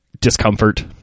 discomfort